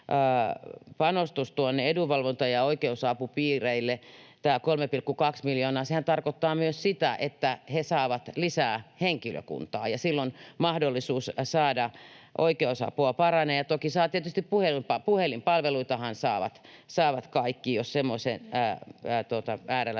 panostus edunvalvonta- ja oikeusapupiireille, tämä 3,2 miljoonaa. Sehän tarkoittaa myös sitä, että he saavat lisää henkilökuntaa, ja silloin mahdollisuus saada oikeusapua paranee. Toki tietysti puhelinpalveluitahan saavat kaikki, jos semmoisen äärellä